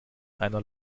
einer